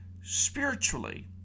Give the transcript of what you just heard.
spiritually